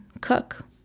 cook